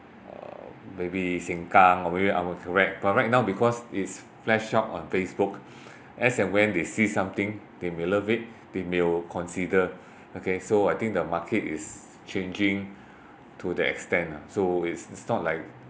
uh maybe seng-kang or maybe ang-mo-kio but right now because its flashed out on facebook as and when they see something they may love it, they will consider okay so I think the market is changing to that extent lah so it's it's not like